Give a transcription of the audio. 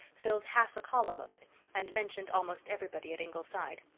filled half a column of it and mentioned almost everybody at ingleside.